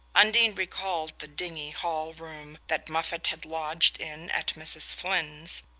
undine recalled the dingy hall-room that moffatt had lodged in at mrs. flynn's,